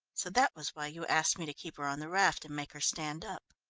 so that was why you asked me to keep her on the raft, and make her stand up?